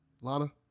Lana